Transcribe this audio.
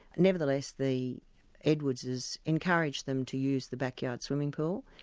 nevertheless the edwards's encouraged them to use the backyard swimming pool,